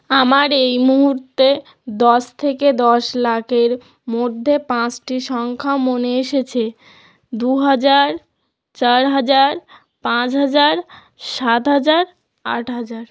আমার এই মুহূর্তে দশ থেকে দশ লাখের মধ্যে পাঁচটি সংখ্যা মনে এসেছে দু হাজার চার হাজার পাঁচ হাজার সাত হাজার আট হাজার